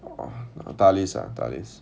dalis ah dalis